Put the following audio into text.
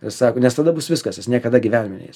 sako nes tada bus viskas jis niekada gyvenime neis